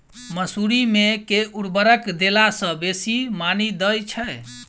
मसूरी मे केँ उर्वरक देला सऽ बेसी मॉनी दइ छै?